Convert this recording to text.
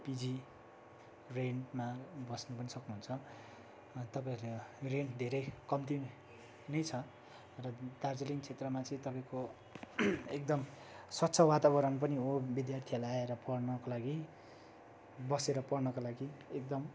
PG रेन्टमा बस्नु पनि सक्नुहुन्छ तपाईँ रेन्ट धेरै कम्ती नै छ र दार्जिलिङ क्षेत्रमा चाहिँ तपाईँको एकदम स्वच्छ वातावरण पनि हो विद्यार्थीहरूलाई आएर पढ्नको लागि बसेर पढ्नको लागि एकदम